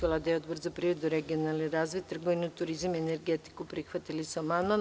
Vlada i Odbor za privredu, regionalni razvoj, trgovinu, turizam i energetiku prihvatili su amandman.